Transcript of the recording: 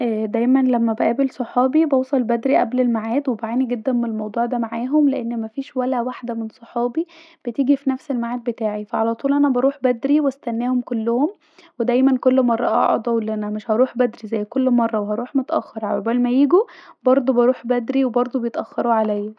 دايما لما بقابل صحابي بوصل بدري قبل المعاد وبعاني جدا من الموضوع ده معاهم لأن مفيش ولا واحده من صحابي بتيجي في نفس المعاد بتاعي علي طول انا بروح بدري واستناهم كلهم ودايما كل مره بعد اقول انا مش هروح بدري زي كل مره وهروح متأخر عقبال ما يجوا بردو بروح بدري وبردو بيتاخروا عليا